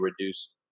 reduced